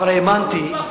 האמנתי,